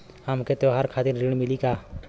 हमके त्योहार खातिर ऋण मिली का?